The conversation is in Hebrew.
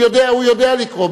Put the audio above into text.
הוא יודע, הוא יודע לקרוא.